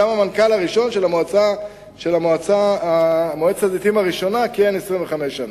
גם המנכ"ל הראשון של מועצת הזיתים הראשונה כיהן 25 שנים,